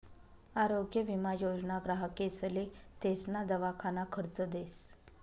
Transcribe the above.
आरोग्य विमा योजना ग्राहकेसले तेसना दवाखाना खर्च देस